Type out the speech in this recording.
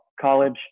college